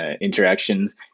interactions